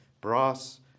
brass